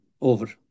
Over